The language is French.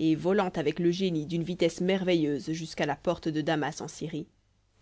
et volant avec le génie d'une vitesse merveilleuse jusqu'à la porte de damas en syrie